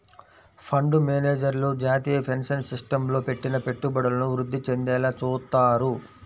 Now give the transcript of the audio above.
fund మేనేజర్లు జాతీయ pension సిస్టమ్లో పెట్టిన పెట్టుబడులను వృద్ధి చెందేలా చూత్తారు